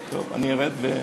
טוב, אני ארד.